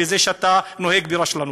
בזה שאתה נוהג ברשלנות.